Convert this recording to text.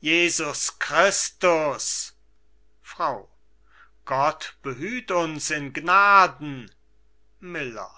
jesus christus frau gott behüt uns in gnaden miller